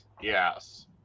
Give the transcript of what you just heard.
Yes